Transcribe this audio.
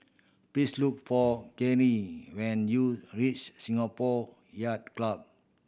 please look for Karyl when you reach Singapore Yacht Club